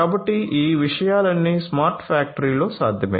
కాబట్టి ఈ విషయాలన్నీస్మార్ట్ ఫ్యాక్టరీలో సాధ్యమే